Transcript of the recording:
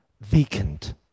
vacant